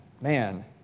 Man